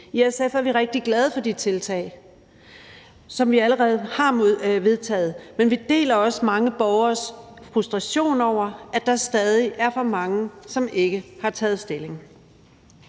I SF er vi rigtig glade for de tiltag, som vi allerede har vedtaget, men vi deler også mange borgeres frustration over, at der stadig er for mange, som ikke har taget stilling.